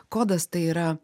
kodas tai yra